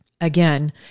Again